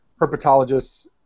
herpetologists